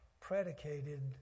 predicated